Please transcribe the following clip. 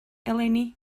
eleni